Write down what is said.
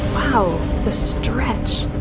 wow, the stretch!